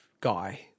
Guy